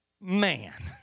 man